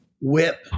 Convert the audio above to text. whip